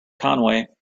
conway